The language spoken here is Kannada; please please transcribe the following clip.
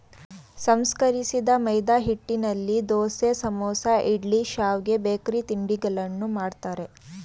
ಸಂಸ್ಕರಿಸಿದ ಮೈದಾಹಿಟ್ಟಿನಲ್ಲಿ ದೋಸೆ, ಸಮೋಸ, ಇಡ್ಲಿ, ಶಾವ್ಗೆ, ಬೇಕರಿ ತಿಂಡಿಗಳನ್ನು ಮಾಡ್ತರೆ